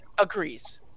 agrees